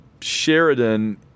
Sheridan